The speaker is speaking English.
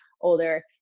older